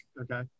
Okay